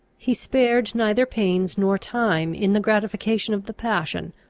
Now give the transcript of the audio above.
he spared neither pains nor time in the gratification of the passion,